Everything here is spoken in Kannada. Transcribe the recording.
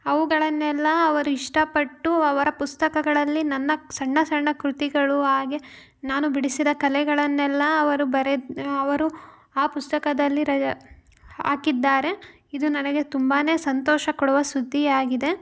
ಅವುಗಳನ್ನೆಲ್ಲ ಅವರು ಇಷ್ಟಪಟ್ಟು ಅವರ ಪುಸ್ತಕಗಳಲ್ಲಿ ನನ್ನ ಸಣ್ಣ ಸಣ್ಣ ಕೃತಿಗಳು ಹಾಗೆ ನಾನು ಬಿಡಿಸಿದ ಕಲೆಗಳನ್ನೆಲ್ಲ ಅವರು ಬರೆದ ಅವರು ಆ ಪುಸ್ತಕದಲ್ಲಿ ರ ಹಾಕಿದ್ದಾರೆ ಇದು ನನಗೆ ತುಂಬ ಸಂತೋಷ ಕೊಡುವ ಸುದ್ದಿಯಾಗಿದೆ